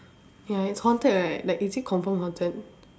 ya it's haunted right like is it confirm haunted